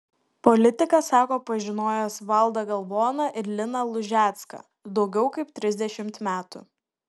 politikas sako pažinojęs valdą galvoną ir liną lužecką daugiau kaip trisdešimt metų